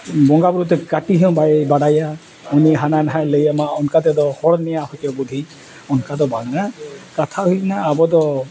ᱵᱚᱸᱜᱟ ᱵᱩᱨᱩ ᱛᱮ ᱠᱟᱹᱴᱤᱡ ᱦᱚᱸ ᱵᱟᱭ ᱵᱟᱰᱟᱭᱟ ᱩᱱᱤ ᱦᱟᱱᱟ ᱱᱟᱦᱟᱭ ᱞᱟᱹᱭᱟᱢᱟ ᱚᱱᱠᱟ ᱛᱮᱫᱚ ᱦᱚᱲ ᱱᱮᱭᱟᱹᱣ ᱦᱚᱪᱚ ᱵᱩᱫᱽᱫᱷᱤ ᱚᱱᱠᱟ ᱫᱚ ᱵᱟᱝᱟ ᱠᱟᱛᱷᱟ ᱦᱩᱭᱩᱜ ᱠᱟᱱᱟ ᱟᱵᱚ ᱫᱚ